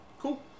cool